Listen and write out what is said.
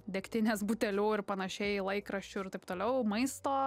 degtinės butelių ir panašiai laikraščių ir taip toliau maisto